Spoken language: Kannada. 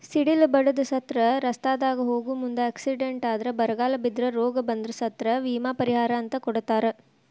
ಸಿಡಿಲ ಬಡದ ಸತ್ರ ರಸ್ತಾದಾಗ ಹೋಗು ಮುಂದ ಎಕ್ಸಿಡೆಂಟ್ ಆದ್ರ ಬರಗಾಲ ಬಿದ್ರ ರೋಗ ಬಂದ್ರ ಸತ್ರ ವಿಮಾ ಪರಿಹಾರ ಅಂತ ಕೊಡತಾರ